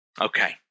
Okay